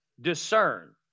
discern